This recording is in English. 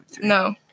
No